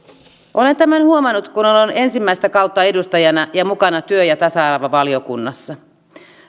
olen tämän huomannut kun olen ollut ensimmäistä kautta edustajana ja mukana työ ja tasa arvovaliokunnassa